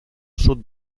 sud